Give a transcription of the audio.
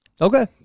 okay